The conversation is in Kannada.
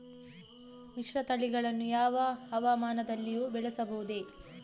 ಮಿಶ್ರತಳಿಗಳನ್ನು ಯಾವ ಹವಾಮಾನದಲ್ಲಿಯೂ ಬೆಳೆಸಬಹುದೇ?